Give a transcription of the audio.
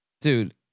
Dude